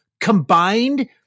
Combined